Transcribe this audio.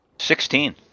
Sixteen